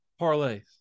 parlays